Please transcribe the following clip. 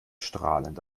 strahlend